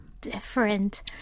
different